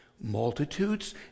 multitudes